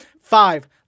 Five